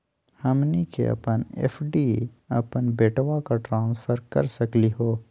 हमनी के अपन एफ.डी अपन बेटवा क ट्रांसफर कर सकली हो?